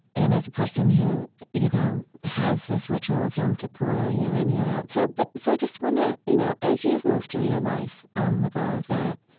and as a person who you know has this ritual of yom kippur year in, year out so i but so just wonder, you know as you've moved through your life um with all of that,